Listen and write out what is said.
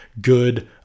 good